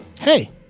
hey